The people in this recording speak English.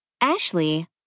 Ashley